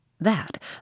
that